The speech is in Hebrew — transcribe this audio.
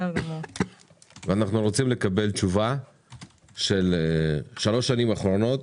אנחנו רוצים לקבל תשובה של שלוש שנים אחרונות.